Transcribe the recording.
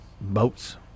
Boats